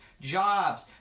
jobs